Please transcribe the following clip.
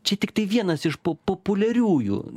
čia tiktai vienas iš po populiariųjų